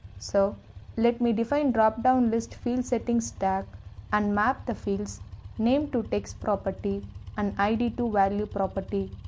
so let me define dropdownlistfield settings tag and map the fields name to text property and id to value property.